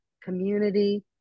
community